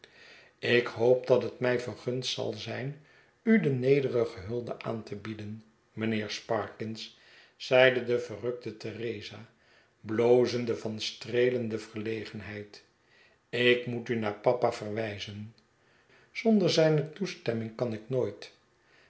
steken ikhoop dat het mij vergund zal zijn u de nederige hulde aan te bieden mijnheer sparkins zeide de verrukte theresa blozende van streelende verlegenheid ik moet u naar papa verwijzen zonder zijne toestemming kan ik nooit